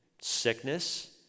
sickness